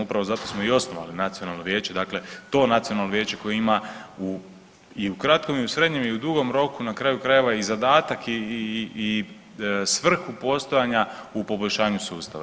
Upravo zato smo i osnovali nacionalno vijeće, dakle to nacionalno vijeće koje ima u, i u kratkom i u srednjem i u dugom roku na kraju krajeva i zadatak i svrhu postojanja u poboljšanju sustava.